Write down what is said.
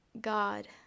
God